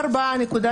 לנו כ-4.8.